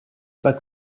pas